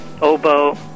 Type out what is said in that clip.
oboe